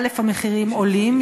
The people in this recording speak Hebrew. המחירים עולים,